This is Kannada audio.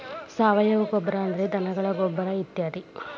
ಸಾವಯುವ ಗೊಬ್ಬರಾ ಅಂದ್ರ ಧನಗಳ ಗೊಬ್ಬರಾ ಇತ್ಯಾದಿ